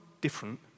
different